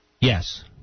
Yes